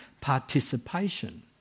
participation